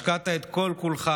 השקעת את כל-כולך,